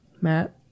Matt